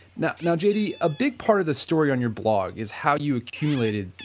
now now j d. a big part of the story on your blog is how you accumulated,